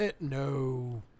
No